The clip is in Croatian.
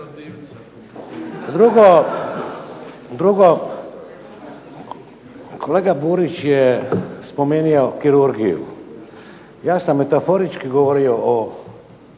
Drugo, kolega Burić je spomenuo kirurgiju, ja sam metaforički govorio o kirurškim